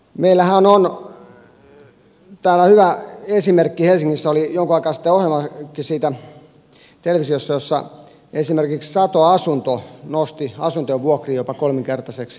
meillähän on täällä hyvä esimerkki helsingissä oli jonkun aikaa sitten ohjelmakin siitä televisiossa ja siinä esimerkiksi sato asunto nosti asuntojen vuokria jopa kolminkertaiseksi helsingin alueella